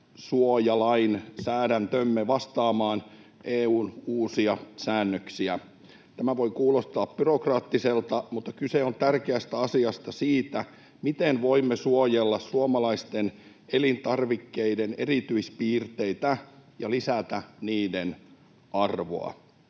nimisuojalainsäädäntömme vastaamaan EU:n uusia säännöksiä. Tämä voi kuulostaa byrokraattiselta, mutta kyse on tärkeästä asiasta, siitä, miten voimme suojella suomalaisten elintarvikkeiden erityispiirteitä ja lisätä niiden arvoa.